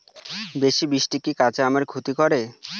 বেশি বৃষ্টি কি কাঁচা আমের ক্ষতি করে?